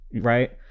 right